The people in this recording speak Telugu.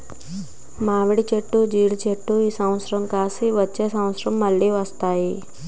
మామిడి చెట్లు జీడి చెట్లు ఈ సంవత్సరం కాసి వచ్చే సంవత్సరం మల్ల వస్తాయి